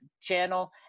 channel